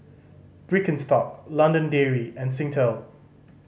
Birkenstock London Dairy and Singtel